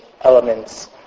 elements